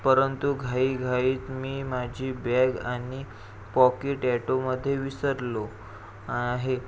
परंतु घाईघाईत मी माझी बॅग आणि पॉकीट अॅटोमध्ये विसरलो आहे